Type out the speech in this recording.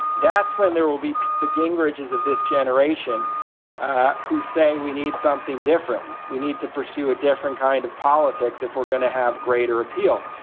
that's when there will be the gingrich is of this generation who say we need something different. we need to pursue a different kind of politics if we're going to have greater appeal.